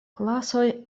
klasoj